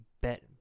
bet